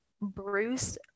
Bruce